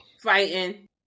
Fighting